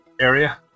area